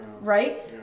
right